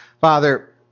Father